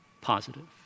positive